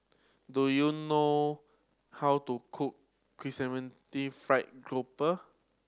do you know how to cook chrysanthemum the fried grouper